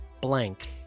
blank